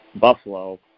Buffalo